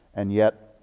and yet,